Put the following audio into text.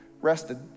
rested